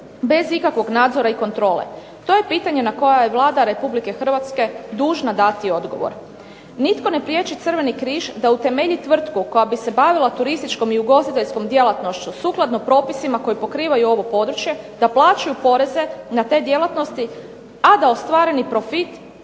bez ikakvog nadzora i kontrole? To je pitanje na koja je Vlada Republike Hrvatske dužna dati odgovor. Nitko ne priječi Crveni križ da utemelji tvrtku koja bi se bavila turističkom i ugostiteljskom djelatnošću sukladno propisima koji pokrivaju ovo područje, da plaćaju poreze na te djelatnosti, a da ostvareni profit